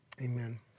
amen